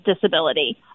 disability